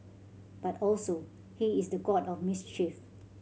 but also he is the god of mischief